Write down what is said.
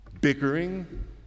bickering